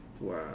Wow